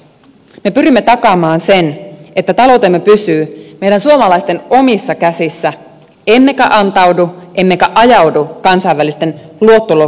me pyrimme takaamaan sen että taloutemme pysyy meidän suomalaisten omissa käsissä emmekä antaudu emmekä ajaudu kansainvälisten luottoluokittajien armoille